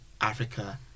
Africa